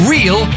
Real